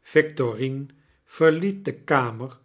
victorine verliet de kamer